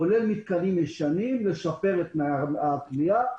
כולל מתקנים ישנים, לשפר את תנאי הבנייה.